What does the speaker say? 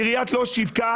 עיריית לוד שיווקה,